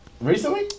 Recently